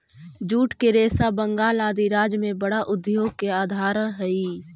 jute के रेशा बंगाल आदि राज्य में बड़ा उद्योग के आधार हई